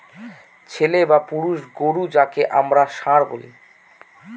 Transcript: ছেলে বা পুরুষ গোরু যাকে আমরা ষাঁড় বলি